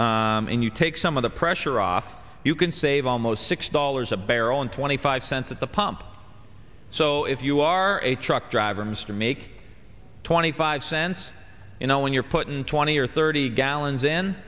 and you take some of the pressure off you can save almost six dollars a barrel and twenty five cents at the pump so if you are a truck driver mr make twenty five cents you know when you're putting twenty or thirty gallons in